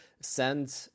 send